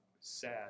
sad